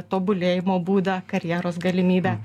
tobulėjimo būdą karjeros galimybę